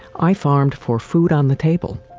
i farmed for food on the table.